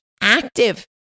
active